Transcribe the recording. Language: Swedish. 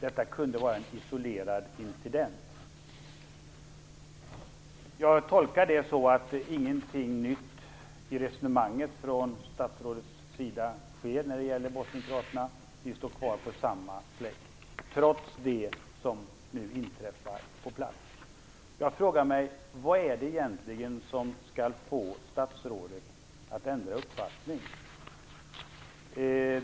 Det som skedde kan ha varit en isolerad incident. Jag tolkar det så att det inte finns något nytt i statsrådets resonemang när det gäller bosnienkroaterna. Vi står kvar på samma fläck trots det som nu inträffar på plats. Vad är det egentligen som skall få statsrådet att ändra uppfattning?